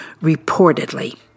Reportedly